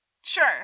Sure